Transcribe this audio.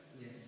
Yes